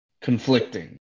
conflicting